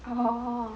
oh